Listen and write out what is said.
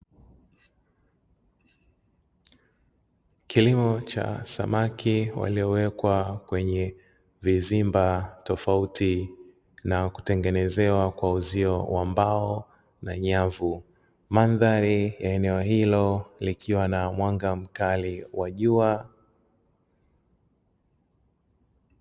Kilimo cha samaki waliowekwa kwenye vizimba tofauti na kutengenezewa kwa uzio wa mbao na nyavu. Mandhari ya eneo hilo likiwa na mwanga mkali wa jua.